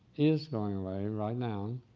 is going away right now,